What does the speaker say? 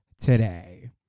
today